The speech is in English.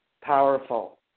powerful